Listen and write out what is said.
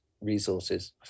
resources